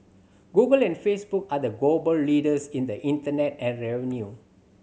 Google and Facebook are the global leaders in internet ad revenue